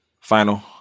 Final